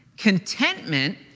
Contentment